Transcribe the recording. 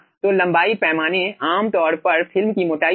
तो लंबाई पैमाने आम तौर पर फिल्म की मोटाई होगी